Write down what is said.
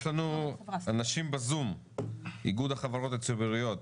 יש לנו אנשים בזום, איגוד החברות הציבוריות,